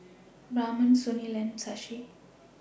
Raman Sunil and Shashi